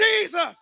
Jesus